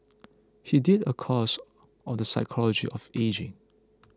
he did a course on the psychology of ageing